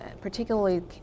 particularly